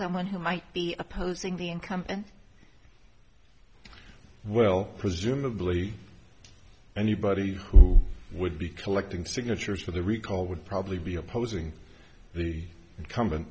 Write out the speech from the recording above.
someone who might be opposing the income and well presumably anybody who would be collecting signatures for the recall would probably be opposing the incumbent